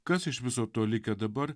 kas iš viso to likę dabar